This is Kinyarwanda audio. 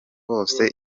bose